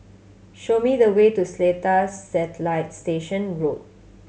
show me the way to Seletar Satellite Station Road